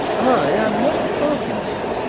i am not parkinson,